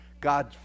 God